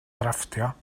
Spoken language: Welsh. drafftio